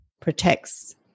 protects